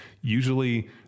usually